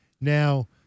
Now